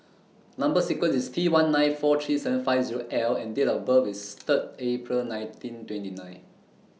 Number sequence IS T one nine four three seven five Zero L and Date of birth IS Third April nineteen twenty nine